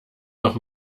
noch